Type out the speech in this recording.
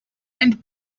and